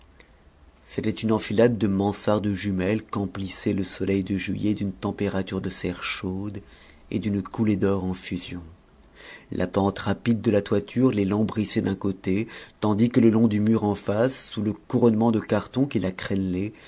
c'était une enfilade de mansardes jumelles qu'emplissait le soleil de juillet d'une température de serre chaude et d'une coulée d'or en fusion la pente rapide de la toiture les lambrissait d'un côté tandis que le long du mur en face sous le couronnement de cartons qui la